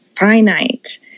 finite